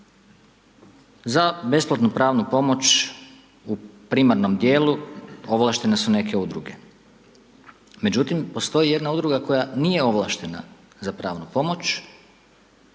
Za besplatnu pravnu pomoć u primarnom dijelu ovlaštene su neke udruge. Međutim, postoji jedna udruga koja nije ovlaštena za pravnu pomoć